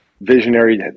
visionary